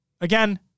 again